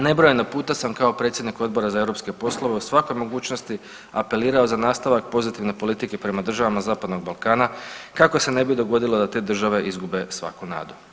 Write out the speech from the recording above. Nebrojeno puta sam kao predsjednik Odbora za europske poslove u svakoj mogućnosti apelirao za nastavak pozitivne politike prema državama zapadnog Balkana kako se ne bi dogodilo da te države izgube svaku nadu.